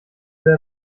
will